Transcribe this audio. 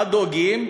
מה דואגים?